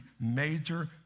major